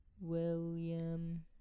William